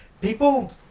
people